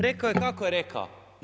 Rekao je, kako je rekao?